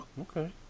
Okay